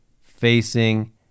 facing